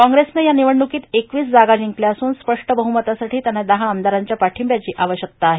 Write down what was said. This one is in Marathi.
काँगेसनं या निवडणुकीत एकवीस जागा जिंकल्या असून स्पष्ट बहुमतासाठी त्यांना दहा आमदारांच्या पाठिंब्याची आवश्यकता आहे